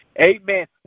Amen